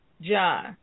John